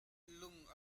lung